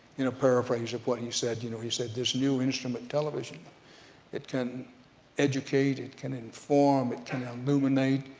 in a paraphrase of what he said, you know he said that this new instrument television it can educate, it can inform, it can illuminate,